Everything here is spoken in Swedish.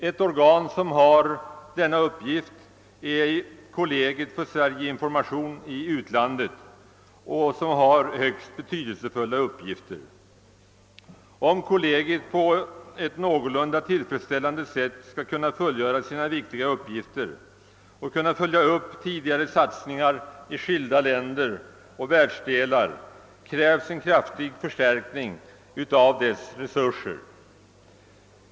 Ett organ som har denna uppgift är kollegiet för Sverige-information i utlandet. Om kollegiet någorlunda tillfredsställande skall kunna fullgöra sina viktiga uppgifter och följa upp tidigare satsningar i skilda länder och världsdelar krävs en kraftig förstärkning av dess resurser.